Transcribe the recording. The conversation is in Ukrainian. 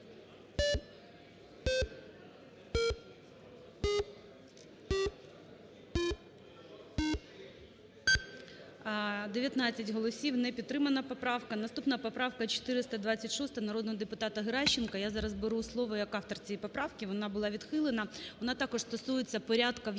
19 голосів. Не підтримана поправка. Наступна поправка – 426 народного депутата Геращенко. Я зараз беру слово як автор цієї поправка. Вона була відхилена. Вона також стосується порядку в'їзду